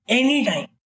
anytime